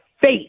faith